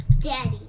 Daddy